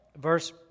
verse